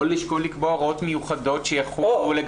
או לשקול לקבוע הוראות מיוחדות שיחולו.